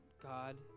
God